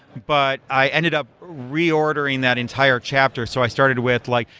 but i ended up reordering that entire chapter, so i started with like,